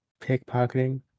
Pickpocketing